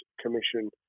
Commission